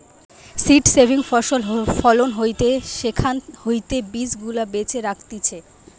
seed saving ফসল ফলন হয়টে সেখান হইতে বীজ গুলা বেছে রাখতিছে